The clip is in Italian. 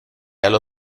allo